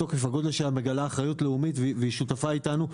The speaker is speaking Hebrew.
מתוקף הגודל שלה מגלה אחריות לאומית והיא שותפה אתנו.